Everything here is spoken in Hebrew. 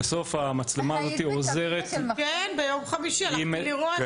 אז זה בעצם רק להכווין לאן המתז יורה וזה לא